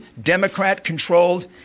Democrat-controlled